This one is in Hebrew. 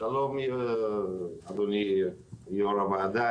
שלום אדוני יושב-ראש העבודה,